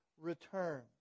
return